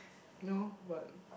no but